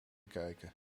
kijken